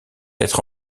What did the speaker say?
être